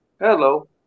Hello